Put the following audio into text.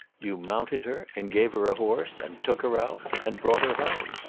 you mounted her and gave her a horse and took her out and brought her home.